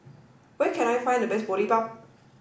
where can I find the best Boribap